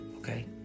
okay